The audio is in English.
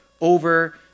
over